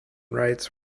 rights